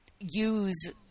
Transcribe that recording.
use